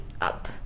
up